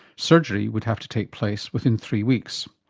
surgery would have to take place within three weeks.